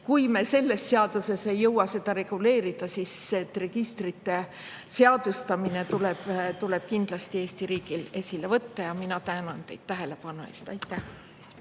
kui me selles seaduses ei jõua seda reguleerida, siis registrite seadustamine tuleb kindlasti Eesti riigil ette võtta. Mina tänan teid tähelepanu eest!